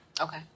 okay